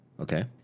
Okay